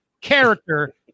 character